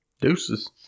Deuces